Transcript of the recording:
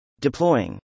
Deploying